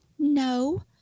No